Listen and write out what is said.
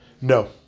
No